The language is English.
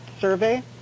survey